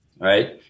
right